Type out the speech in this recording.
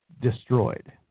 destroyed